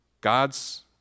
God's